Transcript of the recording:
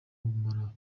ubumara